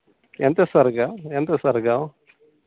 ఎంత ఇస్తారు అక్క ఎంత ఇస్తారు అక్క